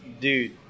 Dude